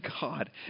God